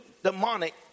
demonic